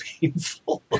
painful